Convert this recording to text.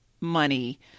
money